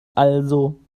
also